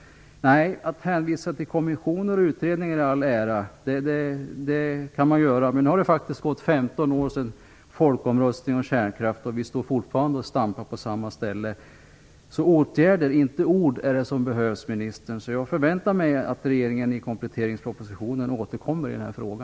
Att hänvisa till kommissioner och utredningar i all ära, det kan man göra. Nu har det gått 15 år sedan folkomröstningen om kärnkraft, och vi står fortfarande och stampar på samma ställe. Åtgärder, inte ord, är vad som behövs. Jag förväntar mig att regeringen i kompletteringspropositionen återkommer i denna fråga.